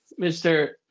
Mr